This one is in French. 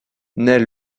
naît